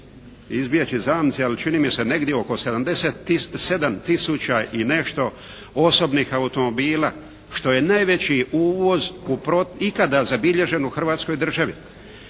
izbjeći zamci, ali čini mi se negdje oko 77 tisuća i nešto osobnih automobila, što je najveći uvoz u ikada zabilježen u Hrvatskoj državi.